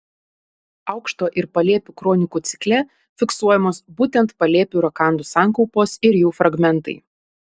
aukšto ir palėpių kronikų cikle fiksuojamos būtent palėpių rakandų sankaupos ir jų fragmentai